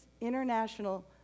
international